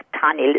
tiny